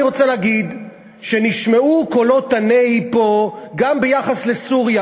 אני רוצה להגיד שנשמעו קולות הנהי פה גם ביחס לסוריה,